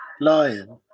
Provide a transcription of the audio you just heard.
Lion